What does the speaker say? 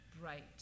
bright